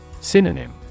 Synonym